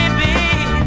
baby